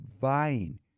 vying